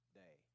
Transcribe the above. day